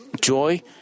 joy